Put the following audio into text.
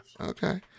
Okay